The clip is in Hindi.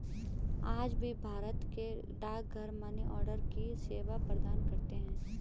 आज भी भारत के डाकघर मनीआर्डर की सेवा प्रदान करते है